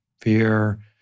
fear